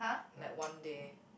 like one day